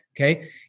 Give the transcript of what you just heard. Okay